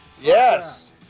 Yes